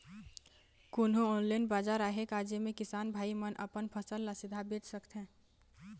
कोन्हो ऑनलाइन बाजार आहे का जेमे किसान भाई मन अपन फसल ला सीधा बेच सकथें?